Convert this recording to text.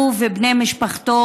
הוא ובני משפחתו,